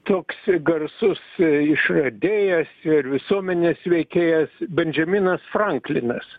toks garsus išradėjas ir visuomenės veikėjas bendžaminas franklinas